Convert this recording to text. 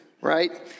right